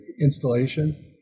installation